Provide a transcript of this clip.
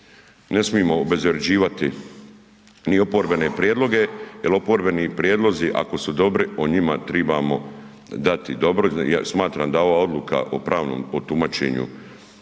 ne smijemo obezvrjeđivati ni oporbene prijedloge jer oporbeni prijedlozi ako su dobri, o njima trebamo dati dobro, smatram da ova odluka o pravnom tumačenju